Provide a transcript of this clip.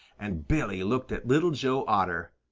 and billy looked at little joe otter,